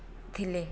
ଥିଲେ